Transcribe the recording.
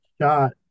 shot